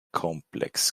complex